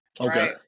Okay